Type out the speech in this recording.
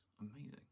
Amazing